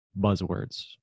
buzzwords